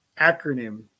acronym